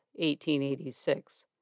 1886